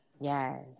Yes